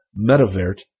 Metavert